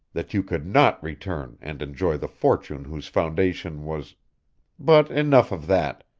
that you could not return and enjoy the fortune whose foundation was but enough of that!